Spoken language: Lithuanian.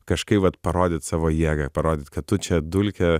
kažkaip vat parodyt savo jėgą parodyt kad tu čia dulkė